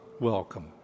welcome